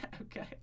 okay